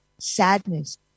Sadness